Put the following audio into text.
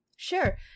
Sure